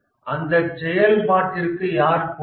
அந்த செயல்பாட்டிற்கு யார் பொறுப்பு